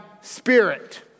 spirit